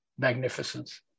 Magnificence